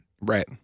Right